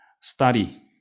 study